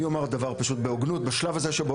אני אומר דבר פשוט בהוגנות: בשלב הזה שבו